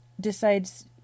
decides